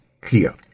clear